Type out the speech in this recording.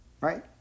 Right